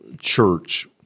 church